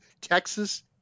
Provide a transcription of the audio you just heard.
Texas